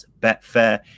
betfair